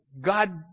God